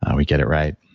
and we get it right,